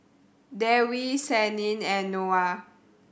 Dewi Senin and Noah